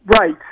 Right